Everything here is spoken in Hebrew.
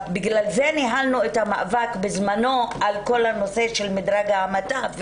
בגלל זה ניהלנו את המאבק בזמנו על כל הנושא של מדרג ההמתה,